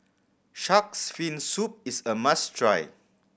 Shark's Fin Soup is a must try